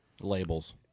labels